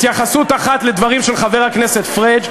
התייחסות אחת לדברים של חבר הכנסת פריג',